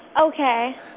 Okay